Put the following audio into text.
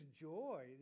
joy